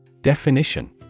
Definition